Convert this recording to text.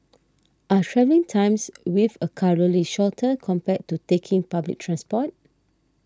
are travelling times with a car really shorter compared to taking public transport